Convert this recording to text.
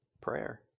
Prayer